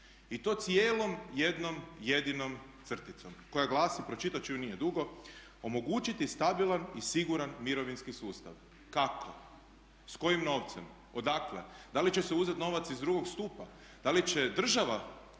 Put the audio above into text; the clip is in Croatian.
i to cijelom jednom jedinom crticom koja glasi, pročitat ću je nije duga: "Omogućiti stabilan i siguran mirovinski sustav". Kako? S kojim novcem? Odakle? Da li će se uzeti novac iz drugog stupa? Da li će država